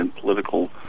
political